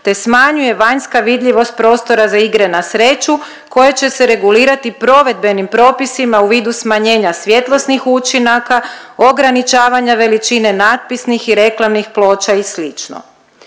te smanjuje vanjska vidljivost prostora za igre na sreću koje će se regulirati provedbenim propisima u vidu smanjenja svjetlosnih učinaka, ograničavanja veličine natpisnih i reklamnih ploča i